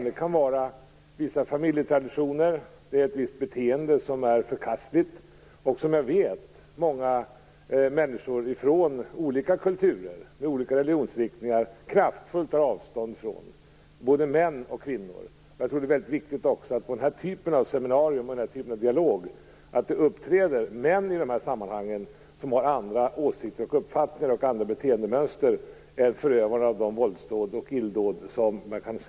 Det kan vara fråga om vissa familjetraditioner eller ett visst beteende som är förkastligt och som jag vet att många människor från olika kulturer och religionsriktningar kraftfullt tar avstånd från - både män och kvinnor. Jag tror att det är väldigt vikigt att det på den här typen av seminarier och i den här typen av dialog också uppträder män som har andra åsikter, uppfattningar och beteendemönster än förövarna av de våldsdåd och illdåd som vi har sett.